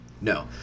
No